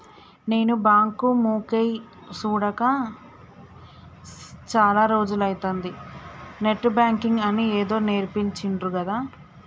నేను బాంకు మొకేయ్ సూడక చాల రోజులైతంది, నెట్ బాంకింగ్ అని ఏదో నేర్పించిండ్రు గదా